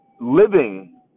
living